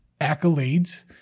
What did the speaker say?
accolades